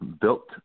built